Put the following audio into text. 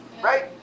Right